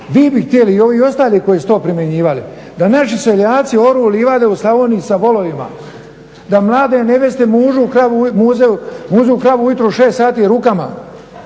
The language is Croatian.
Vi bi htjeli i ovi ostali koji su to primjenjivali, da naši seljaci oru livade u Slavoniji sa volovima, da mlade nevjeste muzu kravu ujutro u 6 sati rukama.